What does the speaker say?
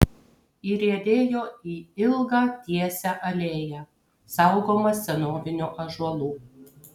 įriedėjo į ilgą tiesią alėją saugomą senovinių ąžuolų